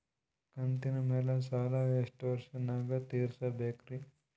ಕಂತಿನ ಮ್ಯಾಲ ಸಾಲಾ ಎಷ್ಟ ವರ್ಷ ನ್ಯಾಗ ತೀರಸ ಬೇಕ್ರಿ?